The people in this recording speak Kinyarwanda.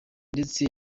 ndetse